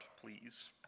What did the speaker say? please